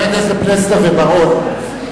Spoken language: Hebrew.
חברי הכנסת פלסנר ובר-און,